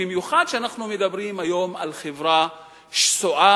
במיוחד כשאנחנו מדברים היום על חברה שסועה,